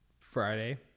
Friday